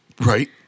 Right